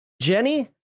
Jenny